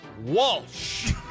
Walsh